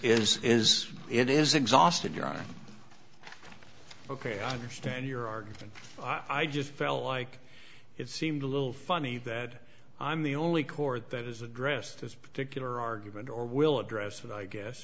is is it is exhausted you're on ok i understand your argument i just felt like it seemed a little funny that i'm the only court that has addressed this particular argument or will address that i guess